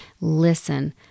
Listen